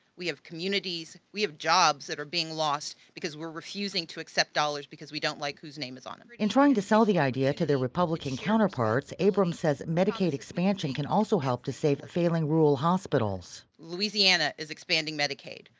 we have communities, we have jobs that are being lost because we're refusing to accept dollars because we don't like whose name is on them. reporter in trying to sell the jd to the republican counterparts, abrams says medicaid expansion can also help to save failing rural hospitals. louisiana is expanding medicaid.